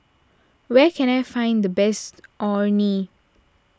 where can I find the best Orh Nee